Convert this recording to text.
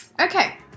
Okay